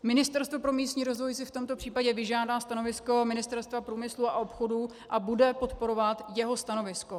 Ministerstvo pro místní rozvoj si v tomto případě vyžádá stanovisko Ministerstva průmyslu a obchodu a bude podporovat jeho stanovisko.